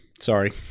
sorry